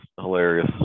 hilarious